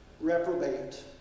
reprobate